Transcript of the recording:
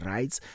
Rights